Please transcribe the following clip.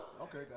Okay